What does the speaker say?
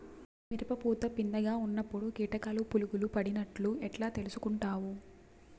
మిరప పూత పిందె గా ఉన్నప్పుడు కీటకాలు పులుగులు పడినట్లు ఎట్లా తెలుసుకుంటావు?